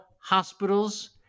hospitals